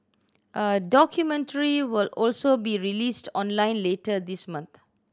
a documentary will also be released online later this month